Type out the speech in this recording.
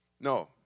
No